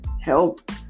help